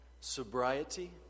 sobriety